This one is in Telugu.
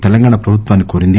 తెలంగాణ ప్రభుత్వాన్ని కోరింది